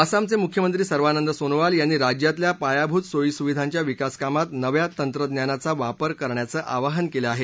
आसामचे मुख्यमंत्री सर्वानंद सोनोवाल यांनी राज्यातल्या पायाभूत सोयीसुविधांच्या विकास कामांत नव्या तंत्रज्ञानाचा वापर करण्याचं आवाहन केलं आहे